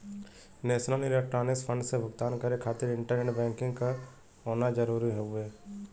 national electronics fund से भुगतान करे खातिर इंटरनेट बैंकिंग क होना जरुरी हउवे